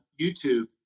YouTube